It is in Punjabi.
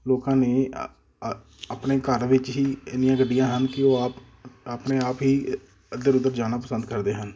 ਲੋਕਾਂ ਨੇ ਅ ਅ ਆਪਣੇ ਘਰ ਵਿੱਚ ਹੀ ਇੰਨੀਆਂ ਗੱਡੀਆਂ ਹਨ ਕਿ ਉਹ ਆਪ ਆਪਣੇ ਆਪ ਹੀ ਇੱਧਰ ਉੱਧਰ ਜਾਣਾ ਪਸੰਦ ਕਰਦੇ ਹਨ